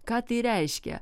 ką tai reiškia